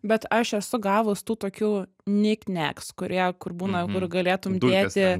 bet aš esu gavus tų tokių nik neks kurie kur būna kur galėtum dėti